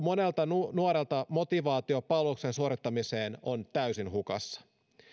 monelta nuorelta motivaatio palveluksen suorittamiseen on täysin hukassa